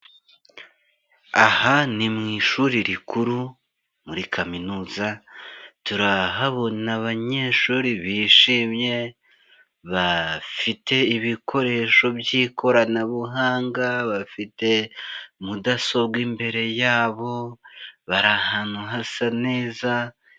Aha ni mu ishuri rikuru muri kaminuza, turahabona abanyeshuri bishimye, bafite ibikoresho by'ikoranabuhanga, bafite mudasobwa imbere yabo, bari ahantu hasa neza.